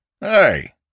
Hey